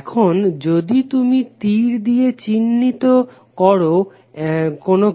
এখন যদি তুমি তির দিয়ে দিক চিহ্নিত করো